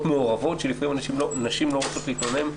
מעורבות כאשר לפעמים נשים לא רוצות להתלונן.